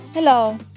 Hello